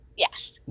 Yes